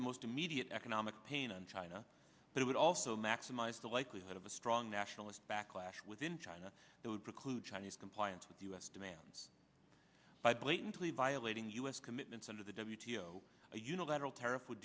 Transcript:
the most immediate economic pain on china but it would also maximize the likelihood of a strong nationalist backlash within china that would preclude chinese compliance with u s demands by blatantly violating u s commitments under the w t o a unilateral tariff would